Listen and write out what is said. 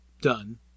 done